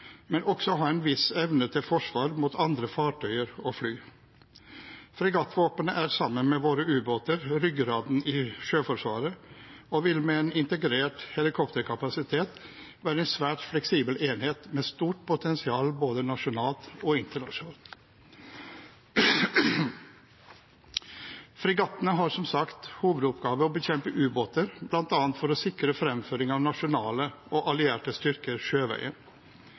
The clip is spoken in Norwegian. men også ha en viss evne til forsvar mot andre fartøyer og fly. Fregattvåpenet er sammen med våre ubåter ryggraden i Sjøforsvaret og vil med en integrert helikopterkapasitet være en svært fleksibel enhet, med stort potensial både nasjonalt og internasjonalt. Fregattene har som sagt som hovedoppgave å bekjempe ubåter, bl.a. for å sikre fremføring av nasjonale og allierte styrker sjøveien.